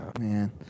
Man